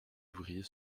ouvrier